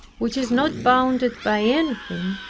which is not bounded by anything,